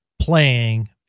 playing